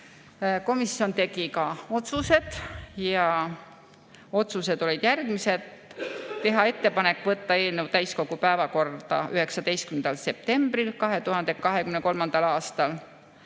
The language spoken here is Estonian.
Komisjon tegi ka otsused ja otsused olid järgmised. Teha ettepanek võtta eelnõu täiskogu päevakorda 19. septembril 2023. aastal,